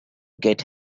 get